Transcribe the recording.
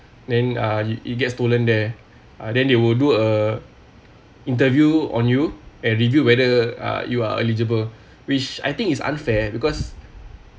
then uh you you get stolen there then they will do a interview on you and review whether uh you are eligible which I think is unfair because